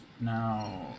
now